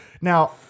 Now